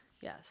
Yes